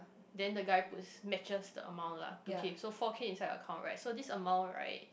then the guy puts matches the amount lah two K so four K inside the account right so this amount right